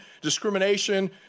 discrimination